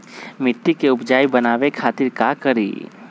मिट्टी के उपजाऊ बनावे खातिर का करी?